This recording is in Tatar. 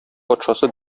патшасы